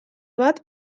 bat